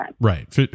Right